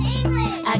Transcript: English